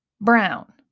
Brown